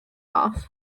off